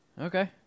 Okay